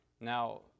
Now